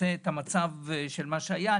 עושה את המצב של מה שהיה.